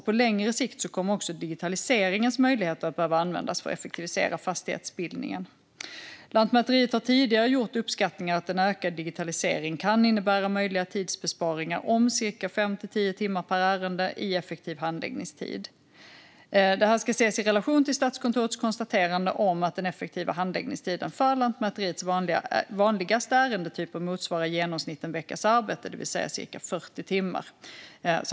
På längre sikt kommer också digitaliseringens möjligheter att behöva användas för att effektivisera fastighetsbildningen. Lantmäteriet har tidigare gjort uppskattningar att en ökad digitalisering kan innebära möjliga tidsbesparingar om cirka 5 till 10 timmar per ärende i effektiv handläggningstid. Det ska ses i relation till Statskontorets konstaterande om att den effektiva handläggningstiden för Lantmäteriets vanligaste ärendetyper i genomsnitt motsvarar en veckas arbete, det vill säga cirka 40 timmar.